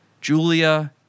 Julia